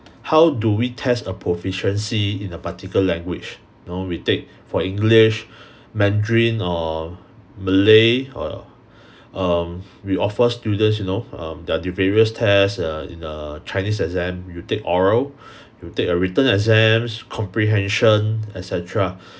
how do we test a proficiency in a particular language you know we take for english mandarin or malay or um we offer students you know um there are the various test err in a chinese exam you take oral you take a written exams comprehension et cetera